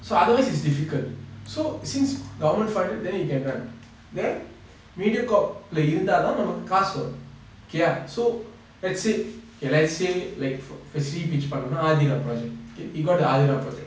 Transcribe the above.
so otherwise it's difficult so since government funded then you can run then Mediacorp lah இருந்தாதா நமக்கு காசு வரு:irunthaathaa namaku kaasu varu okay ah so that's it okay let's say like fa~ firstly speech பன்னணு:pannanu aathiraa project okay he got a aathiraa project